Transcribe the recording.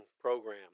program